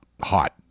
hot